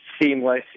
Seamless